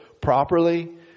properly